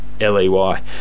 L-E-Y